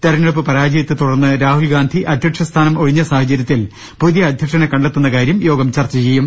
തെരഞ്ഞെടുപ്പ് പരാജയത്തെ തുടർന്ന് രാഹുൽ ഗാന്ധി അധ്യക്ഷസ്ഥാനം ഒഴിഞ്ഞ സാഹചരൃത്തിൽ പുതിയ അധ്യക്ഷനെ കണ്ടെത്തുന്ന കാര്യം യോഗം ചർച്ച ചെയ്യും